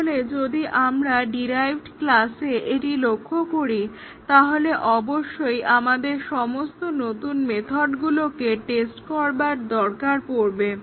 তাহলে যদি আমরা ডিরাইভড ক্লাসে এটি লক্ষ্য করি তাহলে অবশ্যই আমাদের সমস্ত নতুন মেথডগুলোকে টেস্ট করবার দরকার পড়বে